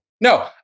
No